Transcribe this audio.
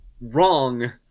wrong